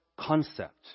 concept